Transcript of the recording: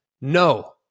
no